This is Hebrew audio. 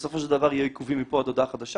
ובסופו של דבר יהיו עיכובים מפה עד הודעה חדשה.